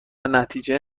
نتیجه